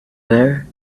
there